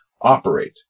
operate